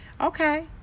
okay